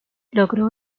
logró